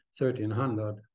1,300